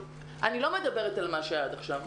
אני לא מדברת על מה שהיה עד עכשיו.